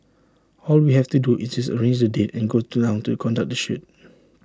all we have to do is just arrange the date and go down to conduct the shoot